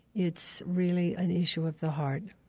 it's really an issue of the heart.